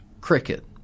cricket